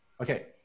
Okay